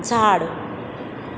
झाड